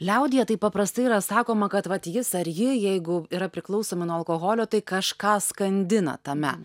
liaudyje taip paprastai yra sakoma kad vat jis ar ji jeigu yra priklausomi nuo alkoholio tai kažką skandina tame